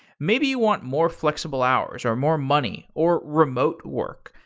maybe you want more flexible hours, or more money, or remote work.